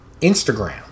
Instagram